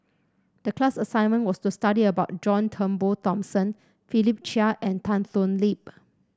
the class assignment was to study about John Turnbull Thomson Philip Chia and Tan Thoon Lip